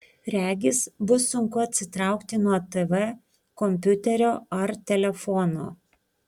regis bus sunku atsitraukti nuo tv kompiuterio ar telefono